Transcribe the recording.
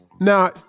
Now